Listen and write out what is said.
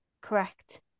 Correct